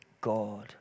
God